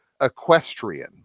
equestrian